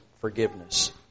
forgiveness